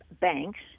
banks